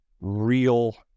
real